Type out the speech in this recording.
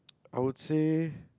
I would say